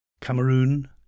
Cameroon